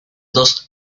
dos